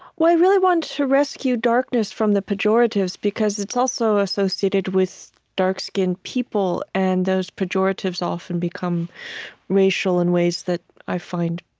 well, i really wanted to rescue darkness from the pejoratives, because it's also associated with dark-skinned people, and those pejoratives often become racial in ways that i find